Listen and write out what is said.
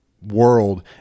world